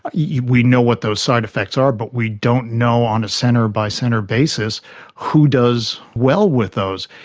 ah yeah we know what those side-effects are but we don't know on a centre-by-centre basis who does well with those.